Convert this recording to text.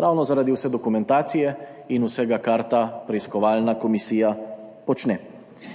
ravno zaradi vse dokumentacije in vsega, kar ta preiskovalna komisija počne.